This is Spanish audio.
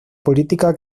política